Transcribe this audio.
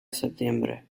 septiembre